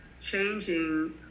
changing